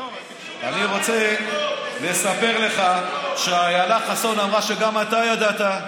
אני רוצה לספר לך שאיילה חסון אמרה שגם אתה ידעת,